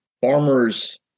farmers